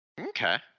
Okay